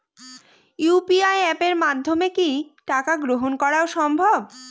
UPI অ্যাপের মাধ্যমে কি টাকা গ্রহণ করাও সম্ভব?